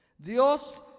Dios